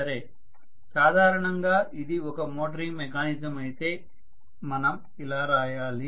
సరే సాధారణంగా ఇది ఒక మోటరింగ్ మెకానిజం అయితే మనం ఇలా రాయాలి